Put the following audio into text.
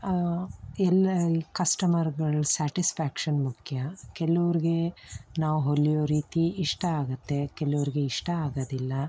ಎಲ್ಲ ಕಸ್ಟಮರ್ಗಳ ಸ್ಯಾಟಿಸ್ಫ್ಯಾಕ್ಷನ್ ಮುಖ್ಯ ಕೆಲವ್ರ್ಗೆ ನಾವು ಹೊಲಿಯೋ ರೀತಿ ಇಷ್ಟ ಆಗುತ್ತೆ ಕೆಲವ್ರ್ಗೆ ಇಷ್ಟ ಆಗೋದಿಲ್ಲ